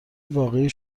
واقعی